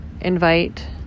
invite